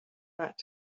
back